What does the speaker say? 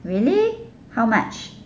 really how much